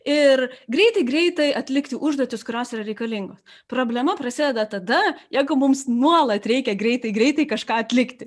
ir greitai greitai atlikti užduotis kurios yra reikalingos problema prasideda tada jeigu mums nuolat reikia greitai greitai kažką atlikti